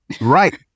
Right